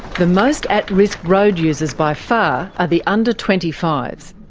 the most at risk road users by far are the under twenty five